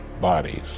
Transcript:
bodies